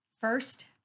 first